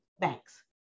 Thanks